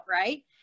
right